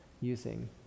using